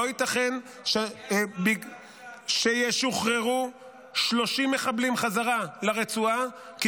לא ייתכן שישוחררו 30 מחבלים חזרה לרצועה כי